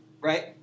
right